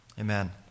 amen